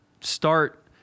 start